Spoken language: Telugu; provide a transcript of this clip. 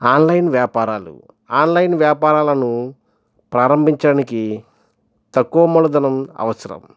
ఆన్లైన్ వ్యాపారాలు ఆన్లైన్ వ్యాపారాలను ప్రారంభించడానికి తక్కువ మూలధనం అవసరం